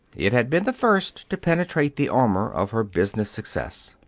it had been the first to penetrate the armor of her business success.